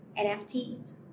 NFT